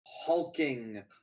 hulking